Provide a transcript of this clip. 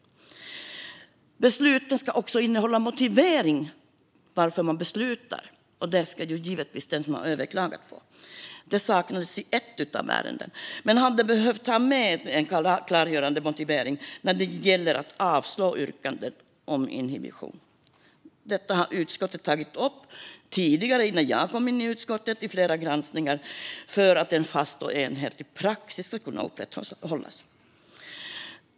Ett beslut ska också innehålla en motivering. En sådan ska givetvis den som har överklagat få. Men den saknades i ett av ärendena. Man hade behövt ha med en klargörande motivering till beslutet om avslag av yrkande om inhibition. Utskottet har tidigare tagit upp i flera granskningar innan jag kom in i utskottet att detta behövs för att en fast och enhetlig praxis ska kunna upprätthållas.